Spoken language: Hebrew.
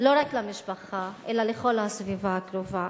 לא רק למשפחה אלא לכל הסביבה הקרובה.